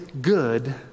good